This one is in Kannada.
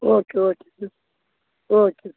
ಓಕೆ ಓಕೆ ಹಾಂ ಓಕೆ